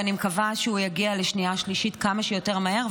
ואני מקווה שהוא יגיע לשנייה ושלישית כמה שיותר מהר,